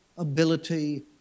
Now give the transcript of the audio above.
ability